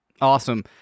Awesome